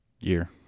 Year